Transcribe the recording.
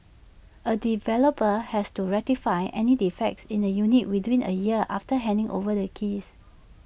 A developer has to rectify any defects in the units within A year after handing over the keys